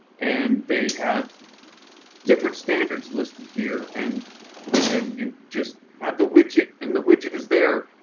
and they have different standards listed here. and and then you just have the widget and the widget is there.